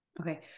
Okay